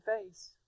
face